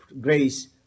grace